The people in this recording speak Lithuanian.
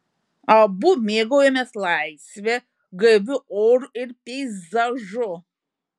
abu mėgaujamės laisve gaiviu oru ir peizažu